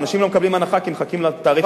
אנשים לא מקבלים הנחה כי מחכים לתעריף,